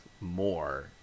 more